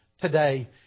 today